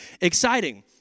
exciting